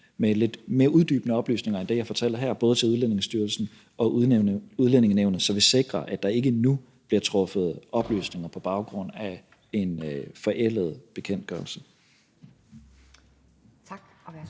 med lidt mere uddybende oplysninger end det, jeg fortæller her, både til Udlændingestyrelsen og Udlændingenævnet, så vi sikrer, at der ikke nu bliver truffet afgørelser på baggrund af en forældet bekendtgørelse.